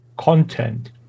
content